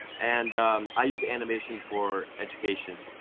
and i use animation for education.